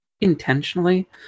intentionally